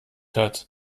hat